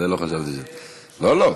זה לא חשבתי, לא, לא.